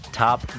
Top